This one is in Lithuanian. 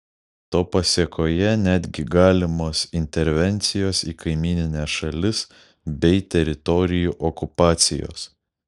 to pasėkoje netgi galimos intervencijos į kaimynines šalis bei teritorijų okupacijos